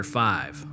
five